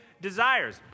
desires